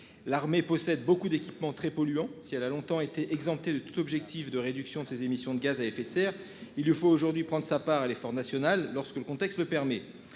L'armée possède beaucoup d'équipements très polluant. Si elle a longtemps été exempté de tout objectif de réduction de ses émissions de gaz à effet de serre, il lui faut aujourd'hui prendre sa part à l'effort national lorsque le contexte le permet.